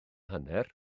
hanner